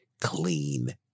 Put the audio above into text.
clean